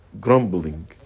grumbling